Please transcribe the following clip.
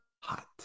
hot